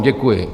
Děkuji.